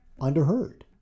underheard